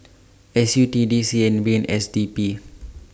S U T D C N B and S D B